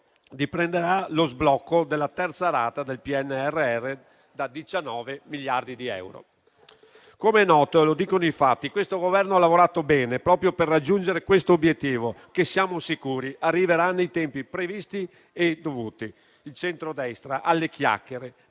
dipenderà lo sblocco della terza rata del PNRR, da 19 miliardi di euro. Com'è noto e lo dicono i fatti, questo Governo ha lavorato bene proprio per raggiungere questo obiettivo, che siamo sicuri arriverà nei tempi previsti e dovuti. Il centrodestra alle chiacchiere